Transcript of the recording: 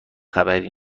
خبری